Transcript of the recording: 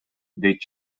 дейт